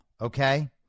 Okay